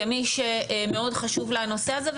כמי שמאוד חשוב לה הנושא הזה,